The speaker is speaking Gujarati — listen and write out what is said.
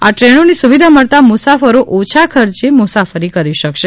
આ ટ્રેનોની સુવિધા મળતા મુસાફરો ઓછા ખર્ચે મુસાફરી કરી શકશે